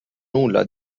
nulla